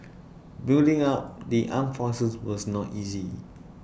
building up the armed forces was not easy